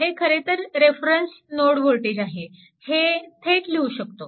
हे खरेतर reference node voltage आहे हे थेट लिहू शकतो